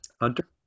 hunter